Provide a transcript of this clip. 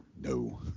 no